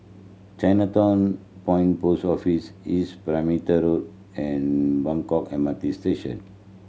Chinatown Point Post Office East Perimeter Road and Buangkok M R T Station